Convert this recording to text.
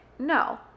no